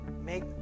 make